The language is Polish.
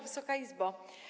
Wysoka Izbo!